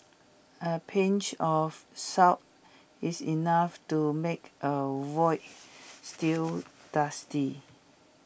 A pinch of salt is enough to make A Veal Stew tasty